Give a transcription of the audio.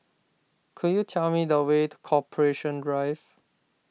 could you tell me the way to Corporation Drive